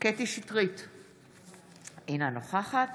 קטי קטרין שטרית, אינה נוכחת